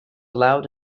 loud